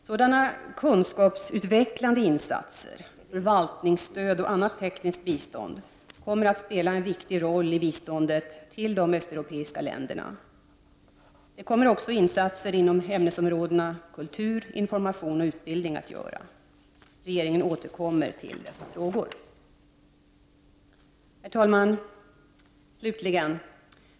Sådana kunskapsutvecklande insatser, förvaltningsstöd och annat tekniskt bistånd, kommer att spela en viktig roll i biståndet till de östeuropeiska länderna. Det kommer också insatser inom ämnesområdena kultur, information och utbildning att göra. Regeringen återkommer till dessa frågor. Herr talman!